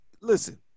listen